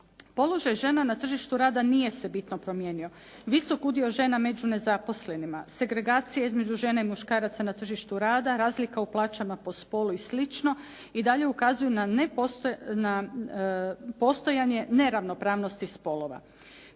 Položaj žena na tržištu rada nije se bitno promijenio, visok udio žena među nezaposlenima, segregacija između žene i muškarca na tržištu rada, razlika u plaćama po spolu i slično i dalje ukazuje na postojanje neravnopravnosti spolova.